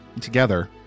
together